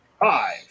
Five